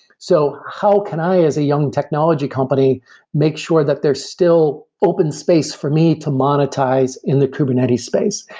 so how can i as a young technology company make sure that there's still open space for me to monetize in the kubernetes space?